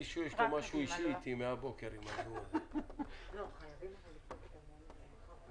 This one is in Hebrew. הישיבה ננעלה בשעה 13:35.